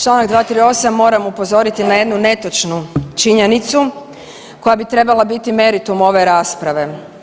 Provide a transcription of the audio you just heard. Čl. 238., moram upozoriti na jednu netočnu činjenicu koja bi trebala biti meritum ove rasprave.